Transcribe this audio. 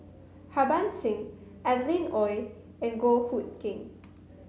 Harbans Singh Adeline Ooi and Goh Hood Keng